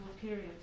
period